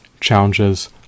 challenges